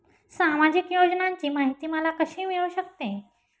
सामाजिक योजनांची माहिती मला कशी मिळू शकते?